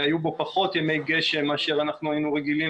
היו בו פחות ימי גשם מאשר אנחנו היינו רגילים